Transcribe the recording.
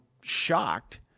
shocked